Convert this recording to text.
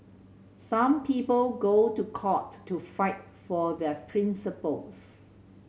some people go to court to fight for their principles